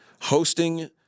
hosting